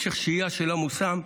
משך שהייה של המושם,